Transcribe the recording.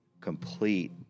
complete